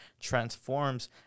transforms